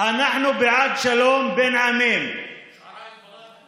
שועראא אל-בלאט.